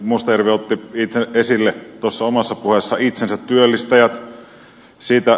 mustajärvi otti esille tuossa omassa puheessaan itsensä työllistäjät